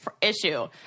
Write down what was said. issue